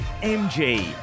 MG